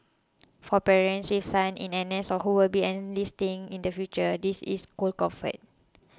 for parents she sons in N S or who will be enlisting in the future this is cold comfort